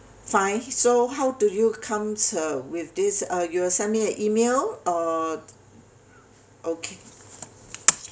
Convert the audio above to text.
fine so how do you come uh with this uh you'll send me an email or okay